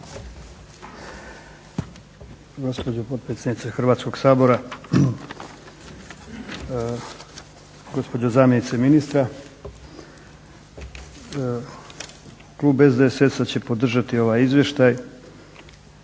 Gospođo potpredsjednice Hrvatskog sabora, gospođo zamjenice ministra. Klub SDSS-a će podržati ovaj izvještaj,